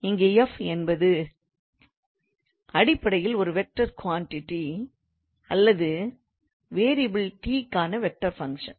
இங்கே f என்பது அடிப்படையில் ஒரு வெக்டார் குவாண்டிட்டி அல்லது வேரியபிள் t க்கான வெக்டார் ஃபங்க்ஷன்